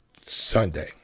Sunday